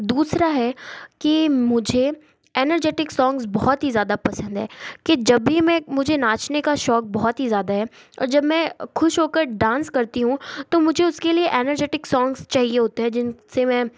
दूसरा है कि मुझे एनर्जेटिक सोंग्स बहुत ही ज़्यादा पसंद है कि जब भी मैं मुझे नाचने का शौक बहुत ही ज़्यादा है और जब मैं खुश होकर डांस करती हूँ तो मुझे उसके लिए एनर्जेटिक सोंग्स चाहिए होते हैं जिनसे मैं